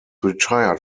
retired